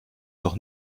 doch